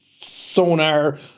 sonar